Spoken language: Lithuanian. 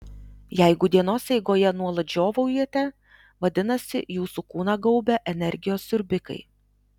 jeigu dienos eigoje nuolat žiovaujate vadinasi jūsų kūną gaubia energijos siurbikai